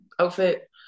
outfit